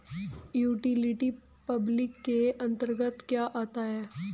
Utility public के अंतर्गत क्या आता है?